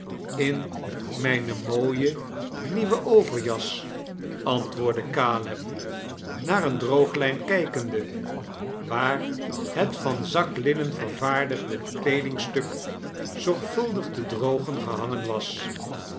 in mijne mooie nieuwe overjas antwoordde caleb naar een drooglijn kijkende waaar het van zaklinnen vervaairdigde kleedingstuk zorgvuldig te drogen gehangen was